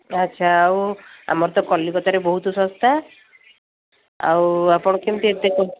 ଆଚ୍ଛା ଆଉ ଆମର ତ କଲିକତାରେ ବହୁତ ଶସ୍ତା ଆଉ ଆପଣ କେମିତି ଏତେ